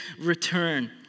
return